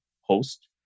host